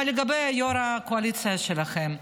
אבל לגבי יו"ר הקואליציה שלכם,